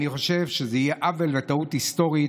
אני חושב שזה יהיה עוול וטעות היסטורית